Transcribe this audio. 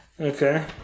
Okay